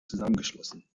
zusammengeschlossen